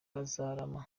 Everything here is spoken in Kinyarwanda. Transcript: bivugwa